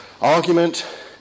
argument